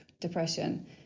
depression